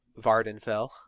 Vardenfell